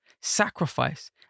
sacrifice